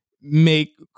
make